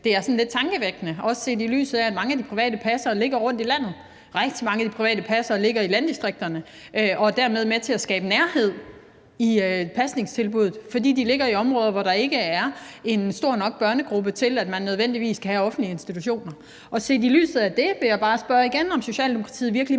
det er sådan lidt tankevækkende, også set i lyset af at mange af de private passere ligger rundtomkring i landet. Rigtig mange af de private passere ligger i landdistrikterne og er dermed med til at skabe nærhed i pasningstilbuddet, fordi de ligger i områder, hvor der ikke nødvendigvis er en stor nok børnegruppe til, at man kan have offentlige institutioner. Set i lyset af det vil jeg bare spørge igen, om Socialdemokratiet virkelig